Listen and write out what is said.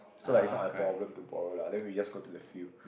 so like it's not a problem to borrow lah then we just go to the field